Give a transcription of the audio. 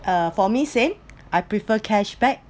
uh for me same I prefer cashback